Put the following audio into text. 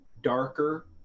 darker